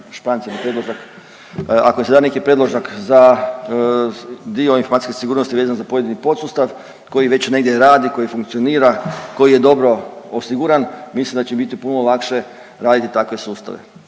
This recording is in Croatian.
šprance ili predložak, ako im se da neki predložak za dio informacijske sigurnosti vezan za pojedini podsustav koji već negdje radi, koji funkcionira, koji je dobro osiguran, mislim da će biti puno lakše raditi takve sustave